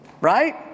Right